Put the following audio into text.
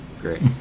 great